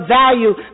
value